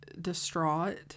distraught